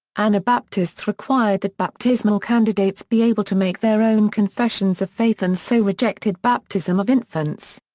anabaptists required that baptismal candidates be able to make their own confessions of faith and so rejected baptism of infants.